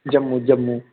Jammu Jammu